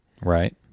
Right